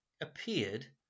appeared